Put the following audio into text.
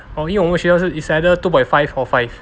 oh 因为我们学校是 is either two point five or five